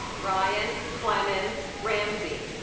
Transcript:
brian clemens ramsey